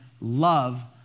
love